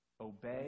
obey